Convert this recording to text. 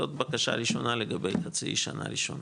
זאת בקשה ראשונה לגבי חצי שנה ראשונה.